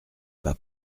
pas